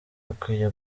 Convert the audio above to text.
akwiye